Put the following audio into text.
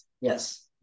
Yes